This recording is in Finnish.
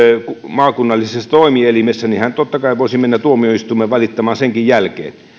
maakunnallisessa toimielimessä hän totta kai voisi mennä tuomioistuimeen valittamaan